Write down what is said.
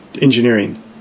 engineering